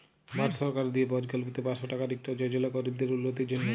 ভারত সরকারের দিয়ে পরকল্পিত পাঁচশ টাকার ইকট যজলা গরিবদের উল্লতির জ্যনহে